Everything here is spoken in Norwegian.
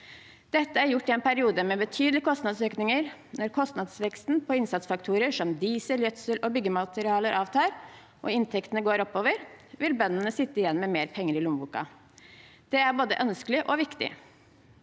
Dette er gjort i en periode med betydelige kostnadsøkninger. Når kostnadsveksten på innsatsfaktorer som diesel, gjødsel og byggematerialer avtar, og inntektene går oppover, vil bøndene sitte igjen med mer penger i lommeboka. Det er både ønskelig og viktig.